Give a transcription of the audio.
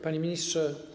Panie Ministrze!